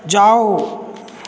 जाओ